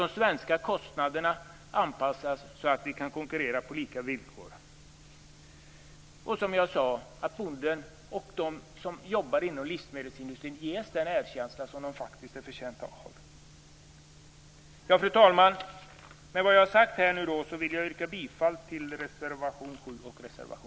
De svenska kostnaderna bör anpassas så att vi kan konkurrera på lika villkor. Som jag sade är det också viktigt att bonden och de som arbetar inom livsmedelsindustrin ges den erkänsla som de faktiskt är förtjänta av. Fru talman! Med det som jag har sagt här vill jag yrka bifall till reservationerna 7 och 9.